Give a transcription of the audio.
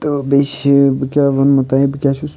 تہٕ بیٚیہِ چھِ بہٕ کیٛاہ وَنمو تۄہہِ بہٕ کیٛاہ چھُس